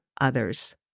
others